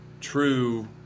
true